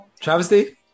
Travesty